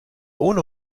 ohne